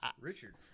Richard